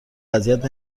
اذیت